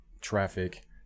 traffic